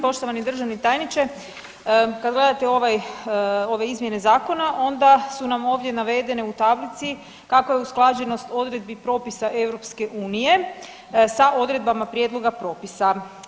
Poštovani državni tajniče, kad gledate ovaj, ove izmjene zakona onda su nam ovdje navedene u tablici kakva je usklađenost odredbi propisa EU sa odredbama prijedloga propisa.